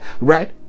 Right